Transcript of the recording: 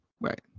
right